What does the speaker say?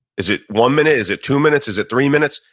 is it one minute? is it two minutes? is it three minutes?